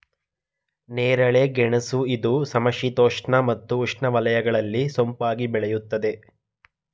ನೇರಳೆ ಗೆಣಸು ಇದು ಸಮಶೀತೋಷ್ಣ ಮತ್ತು ಉಷ್ಣವಲಯಗಳಲ್ಲಿ ಸೊಂಪಾಗಿ ಬೆಳೆಯುತ್ತದೆ